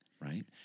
right